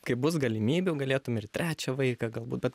kai bus galimybių galėtum ir trečią vaiką galbūt bet